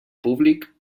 públic